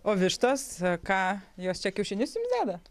o vištos ką jos čia kiaušinius jums deda